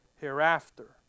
hereafter